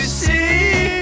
see